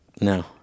no